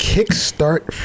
Kickstart